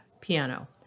piano